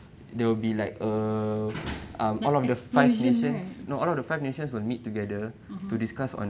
that explosion right (uh huh)